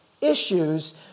issues